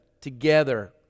together